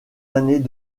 années